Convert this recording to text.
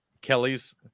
Kelly's